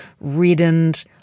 Reddened